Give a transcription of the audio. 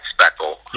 speckle